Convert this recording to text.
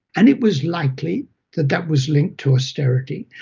and it was likely that that was linked to austerity.